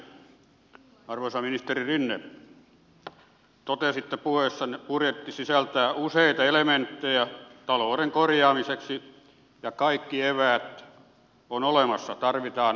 arvoisa ministeri rinne totesitte puheessanne että budjetti sisältää useita elementtejä talouden korjaamiseksi ja kaikki eväät ovat olemassa tarvitaan ennustettavuutta